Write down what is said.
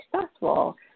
successful